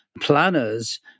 planners